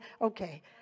okay